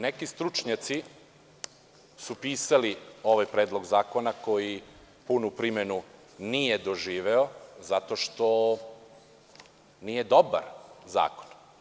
Neki stručnjaci su pisali ovaj predlog zakona koji punu primenu nije doživeo, zato što nije dobar zakon.